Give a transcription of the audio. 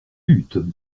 lûtes